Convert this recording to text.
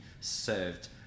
served